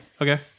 Okay